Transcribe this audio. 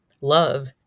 love